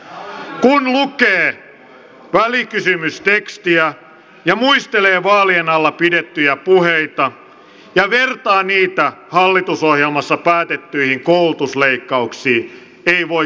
kun lukee välikysymystekstiä ja muistelee vaalien alla pidettyjä puheita ja vertaa niitä hallitusohjelmassa päätettyihin koulutusleikkauksiin ei voi kuin kysyä